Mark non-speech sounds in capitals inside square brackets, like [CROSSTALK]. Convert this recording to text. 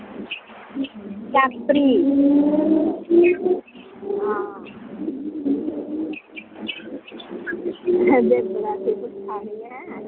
कैप्री हां [UNINTELLIGIBLE]